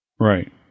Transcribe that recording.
Right